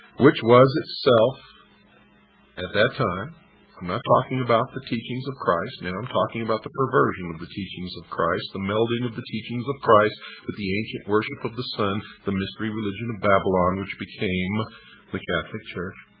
which was itself at that time i'm not talking about the teachings of christ now, i'm talking about the perversion of the teachings of christ the melding of the teachings of christ with the ancient worship of the sun, so the mystery religion of babylon which became the catholic church